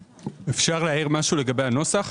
אפשר להעיר משהו לגבי הנוסח